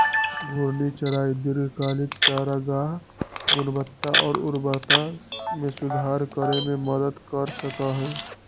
घूर्णी चराई दीर्घकालिक चारागाह गुणवत्ता और उर्वरता में सुधार करे में मदद कर सका हई